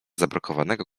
zabrakowanego